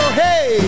hey